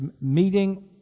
meeting